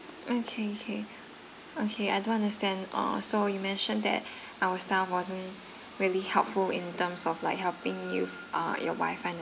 okay okay okay I do understand uh so you mentioned that our staff wasn't really helpful in terms of like helping you uh your wife and